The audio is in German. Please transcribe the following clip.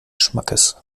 schmackes